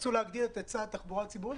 תרצו להגדיל את היצע התחבורה הציבורית,